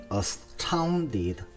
astounded